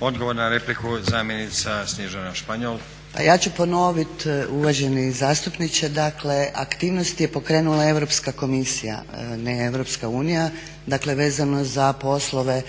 Odgovor na repliku zamjenica Snježana Španjol. **Španjol, Snježana** Pa ja ću ponoviti uvaženi zastupniče, dakle aktivnost je pokrenula Europska komisija a ne Europska unija, dakle vezano za poslove